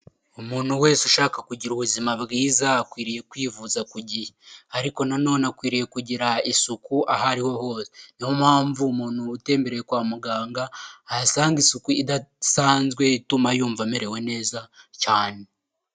Umuntu wese ushaka kugira ubuzima bwiza akwiriye kwivuza ku gihe, ariko na none akwiriye kugira isuku aho ariho hose, niyo mpamvu umuntu utembereye kwa muganga ahasanga isuku idasanzwe ituma yumva amerewe neza cyane.